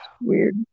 Weird